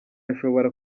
ashobora